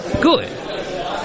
good